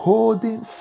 Holding